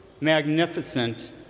magnificent